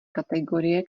kategorie